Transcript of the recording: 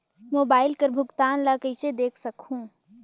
Mobile कर भुगतान ला कइसे देख सकहुं?